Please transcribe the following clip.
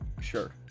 Sure